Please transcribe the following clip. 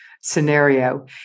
scenario